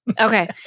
Okay